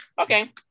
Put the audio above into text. Okay